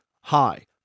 Hi